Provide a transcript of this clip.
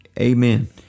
Amen